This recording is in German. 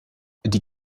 die